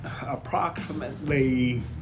approximately